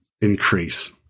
increase